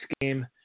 game